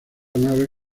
nave